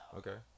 okay